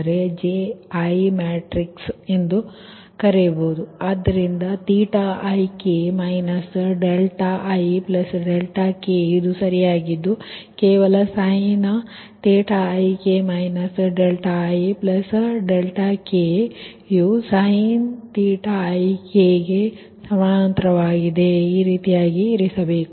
ಆದ್ದರಿಂದ ಇದರಲ್ಲಿ ನೀವು J1 ಮ್ಯಾಟ್ರಿಕ್ಸ್ ಎಂದು ಕರೆಯುತ್ತೀರಿ ಆದ್ದರಿಂದ ik ik ಇದು ಸರಿಯಾಗಿದ್ದು ನೀವು ಕೇವಲ ik ik ik ಅನ್ನು ಇರಿಸಬೇಕು